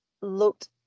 looked